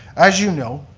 as you know,